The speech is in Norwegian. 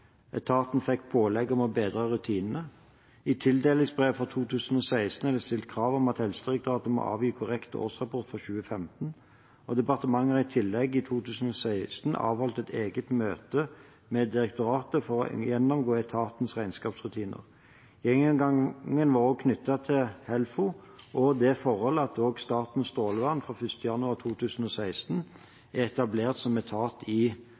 Etaten fikk pålegg om å bedre rutinene. I tildelingsbrevet for 2016 er det stilt krav om at Helsedirektoratet må avgi korrekt årsrapport for 2015. Departementet har i tillegg i 2016 avholdt et eget møte med direktoratet for å gjennomgå etatens regnskapsrutiner. Gjennomgangen må også knyttes til Helfo og det forhold at Statens strålevern fra 1. januar 2016 er etablert som etat i